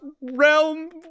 realm